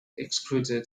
excluded